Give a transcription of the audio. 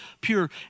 pure